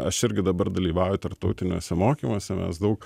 aš irgi dabar dalyvauju tarptautiniuose mokymuose mes daug